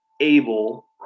able